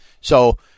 So-